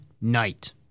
night